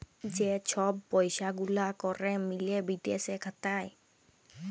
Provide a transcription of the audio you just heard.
যে ছব পইসা গুলা ক্যরে মিলে বিদেশে খাতায়